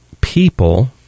people